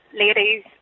ladies